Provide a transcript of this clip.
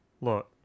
look